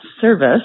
service